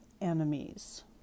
Enemies